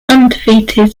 undefeated